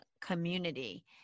community